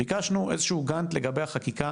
ביקשנו איזה שהוא גאנט לגבי החקיקה,